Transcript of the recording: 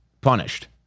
punished